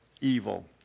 evil